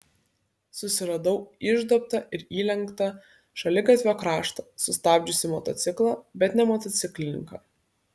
susiradau išduobtą ir įlenktą šaligatvio kraštą sustabdžiusį motociklą bet ne motociklininką